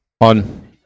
On